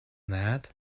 that